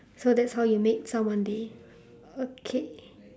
so that's how you made someone day okay